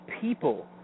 people